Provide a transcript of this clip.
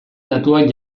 datuak